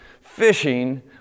fishing